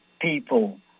people